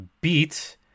beat